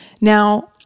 Now